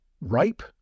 ripe